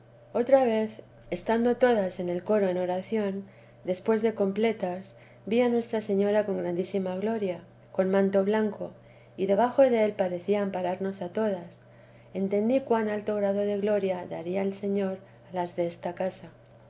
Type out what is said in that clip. otra vez estando todas en el coro en oración después de completas vi a nuestra señora con grandísima gloria con manto blanco y debajo del parecía ampararnos a todas entendí cuan alto grado de gloria daría el señor a las desta casa